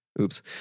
oops